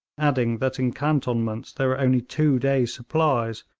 adding that in cantonments there were only two days' supplies,